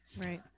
Right